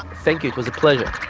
thank you, it was a pleasure.